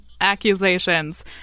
accusations